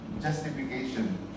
justification